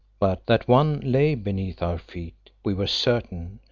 but that one lay beneath our feet we were certain,